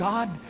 God